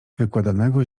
wykładanego